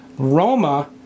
Roma